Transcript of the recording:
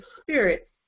spirit